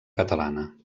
catalana